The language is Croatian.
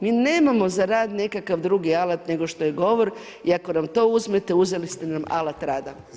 Mi nemamo za rad nekakav drugi alat nego što je govor i ako nam to uzmete, uzeli ste nam alat rada.